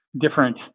different